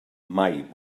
mai